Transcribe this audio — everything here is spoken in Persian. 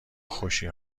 خوشی